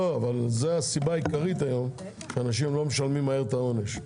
אבל זאת הסיבה העיקרית היום שאנשים לא משלמים מהר את הקנס.